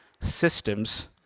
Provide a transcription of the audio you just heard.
systems